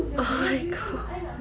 oh my god